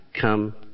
come